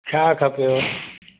छा खपेव